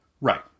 Right